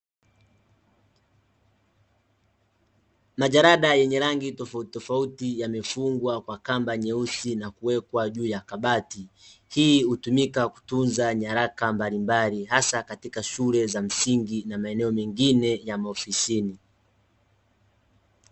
Majalada yenye rangi tofautitofauti yamefungwa kwa kamba nyeusi na kuwekwa juu ya kabati. Hii hutumika kutunza nyaraka mbalimbali hasa katika shule za msingi, na maeneo mengine ya maofisini.